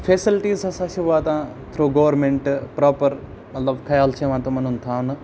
facilities ہَسا چھِ واتان تھرٛوٗ گورنمنٹ پرٛوپَر مطلب خیال چھِ یِوان تِمَن ہُنٛد تھاونہٕ